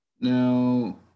Now